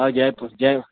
اور جے پو جے جے